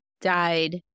died